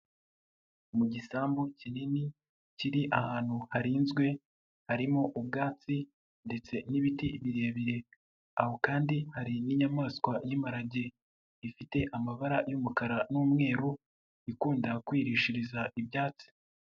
Mu gisambu kinini kiri ahantu harinzwe harimo ubwatsi ,ndetse n'ibiti birebire. Aho kandi hari n'inyamaswa y'imparage, ifite amabara y'umukara, n'umweru, ikunda kwirishiriza ibyatsi.